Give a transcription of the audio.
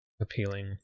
appealing